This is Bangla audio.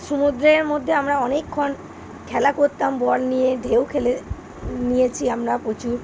সমুদ্রের মধ্যে আমরা অনেকক্ষণ খেলা করতাম বল নিয়ে ঢেউ খেলে নিয়েছি আমরা প্রচুর